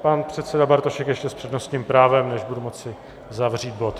Pan předseda Bartošek ještě s přednostním právem, než budu moci zavřít bod.